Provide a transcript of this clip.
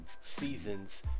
seasons